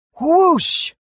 Whoosh